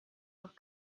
noch